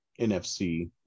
NFC